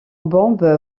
bombe